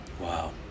wow